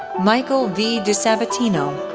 michael v. disabatino,